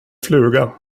fluga